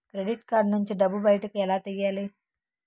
Credit card నుంచి డబ్బు బయటకు ఎలా తెయ్యలి?